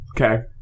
Okay